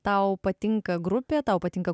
tau patinka grupė tau patinka